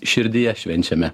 širdyje švenčiame